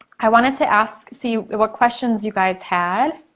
i wanted to ask, see what questions you guys had.